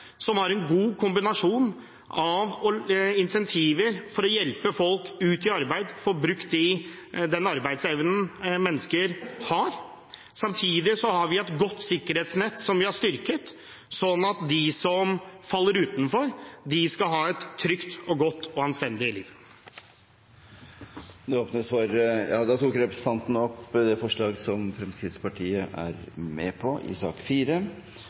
som har en god kombinasjon: incentiver for å hjelpe folk ut i arbeid, at mennesker kan få brukt den arbeidsevnen de har, samtidig som vi har et godt sikkerhetsnett som vi har styrket, sånn at de som faller utenfor, skal ha et trygt, godt og anstendig liv. Representanten Erlend Wiborg har tatt opp det forslaget han refererte til. Det blir replikkordskifte. Det er